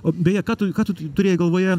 o beje ką tu ką tu turėjai galvoje